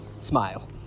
smile